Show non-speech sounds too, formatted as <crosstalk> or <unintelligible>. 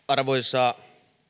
<unintelligible> arvoisa